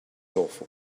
awful